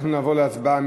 אנחנו נעבור להצבעה.